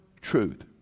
truth